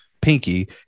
pinky